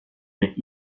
mais